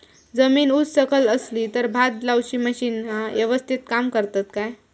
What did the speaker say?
जमीन उच सकल असली तर भात लाऊची मशीना यवस्तीत काम करतत काय?